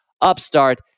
Upstart